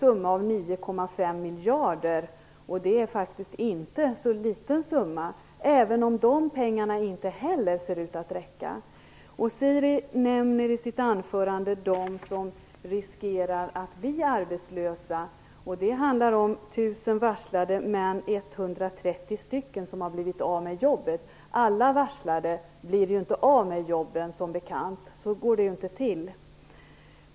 Summan är faktiskt 9,5 miljarder, och det är ingen liten summa, även om inte heller dessa pengar ser ut att räcka. Siri Dannaeus nämner i sitt anförande dem som riskerar att bli arbetslösa. Det handlar om 1 000 varslade, men det är 130 personer som har blivit av med jobben. Alla varslade blir ju inte av med jobben, som bekant, för så går det ju inte till.